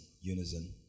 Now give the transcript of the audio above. Unison